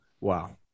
Wow